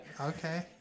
Okay